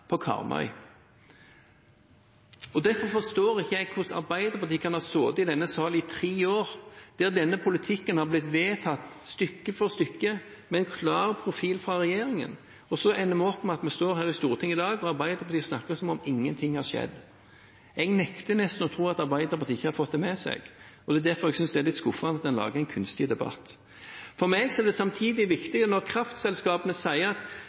på Karmøy. Derfor forstår ikke jeg hvordan Arbeiderpartiet, som har sittet i denne sal i tre år der denne politikken har blitt vedtatt stykke for stykke, med en klar profil fra regjeringen, ender opp med å stå her i Stortinget i dag og snakke som om ingenting har skjedd. Jeg nekter nesten å tro at Arbeiderpartiet ikke har fått det med seg, og det er derfor jeg synes det er litt skuffende at man lager en kunstig debatt. For meg er det samtidig viktig at kraftselskapene har sagt at